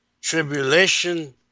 tribulation